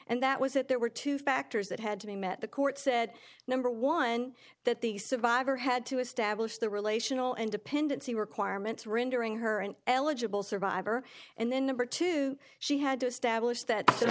and that was it there were two factors that had to be met the court said number one that the survivor had to establish the relational and dependency requirements rendering her an eligible survivor and then number two she had to establish that some